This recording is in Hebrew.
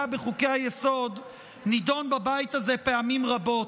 בחוקי-היסוד נדון בבית הזה פעמים רבות.